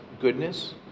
goodness